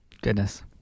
Goodness